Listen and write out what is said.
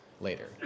later